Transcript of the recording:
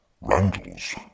Randall's